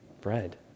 bread